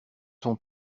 son